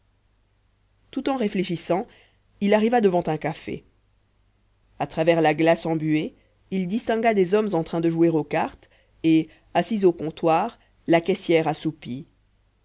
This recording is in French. tout en réfléchissant il arriva devant un café à travers la glace embuée il distingua des hommes en train de jouer aux cartes et assise au comptoir la caissière assoupie